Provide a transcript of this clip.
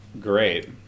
great